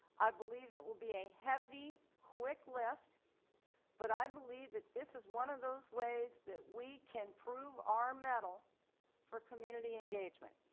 i believe it will be a heavy quick lift but i believe that this is one of those ways that we can prove our medal for community engagement.